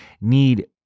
need